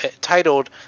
titled